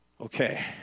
Okay